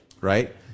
Right